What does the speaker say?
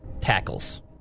tackles